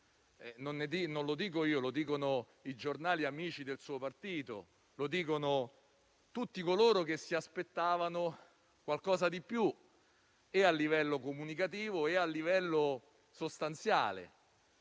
non lo dico io, ma lo dicono i giornali amici del suo partito; lo dicono tutti coloro che si aspettavano qualcosa di più a livello sia comunicativo che sostanziale.